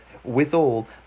Withal